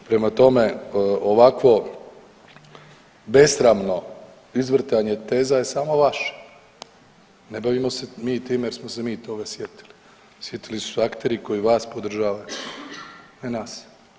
Prema tome, ovakvo besramno izvrtanje teza je samo vaše, ne bavimo se mi time jer smo se mi toga sjetili, sjetili su se akteri koji vas podržavaju, ne nas.